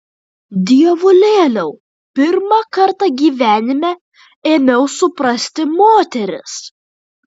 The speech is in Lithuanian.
dievulėliau pirmą kartą gyvenime ėmiau suprasti moteris